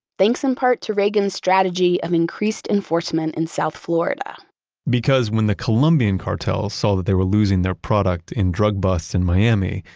thanks in part to reagan's strategy of increased enforcement in south florida because when the colombian cartels saw that they were losing their product in drug busts in miami,